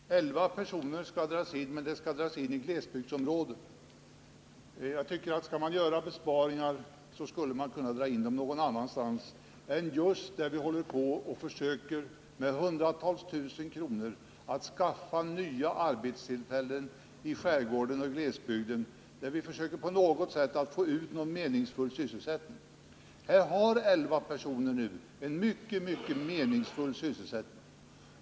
Fru talman! Elva personer skall friställas, men det skall ske i glesbygdsområden. Skall man göra sådana besparingar tycker jag att det bör ske någon annanstans än just i skärgården och glesbygden där vi försöker att med anslag på hundzsatusentals kronor skapa nya arbetstillfällen och någon form av meningsfull sysselsättning. Här har nu elva personer en mycket meningsfull sysselsättning.